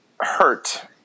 hurt